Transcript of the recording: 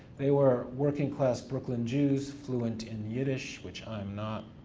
they were working class brooklyn jews fluent in yiddish, which i am not.